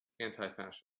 anti-fascist